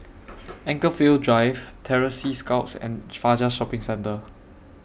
Anchorvale Drive Terror Sea Scouts and Fajar Shopping Centre